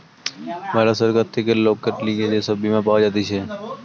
ভারত সরকার থেকে লোকের লিগে যে সব বীমা পাওয়া যাতিছে